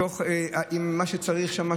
עם מה שצריך שם,